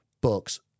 books